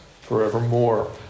forevermore